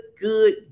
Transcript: good